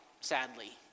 sadly